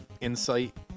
insight